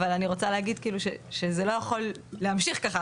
אבל אני רוצה להגיד שזה לא יכול להמשיך ככה,